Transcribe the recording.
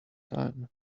time